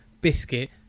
biscuit